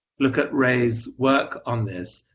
look at ray's work on this,